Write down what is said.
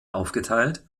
aufgeteilt